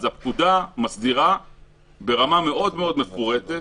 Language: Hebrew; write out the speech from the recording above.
הפקודה מסדירה ברמה מאוד מפורטת